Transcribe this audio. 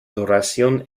duración